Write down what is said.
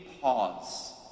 pause